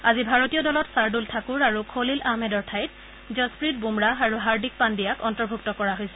আজি ভাৰতীয় দলত চাৰ্দুল ঠাকুৰ আৰু খলিল আহমেদৰ ঠাইত যশপ্ৰীত বুমৰাহ আৰু হাৰ্দিক পাণ্ডিয়াক অন্তৰ্ভুক্ত কৰা হৈছে